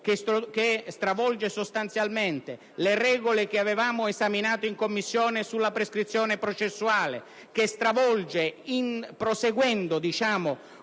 che stravolge sostanzialmente le regole che avevamo esaminato in Commissione sulla prescrizione processuale; che stravolge, proseguendo una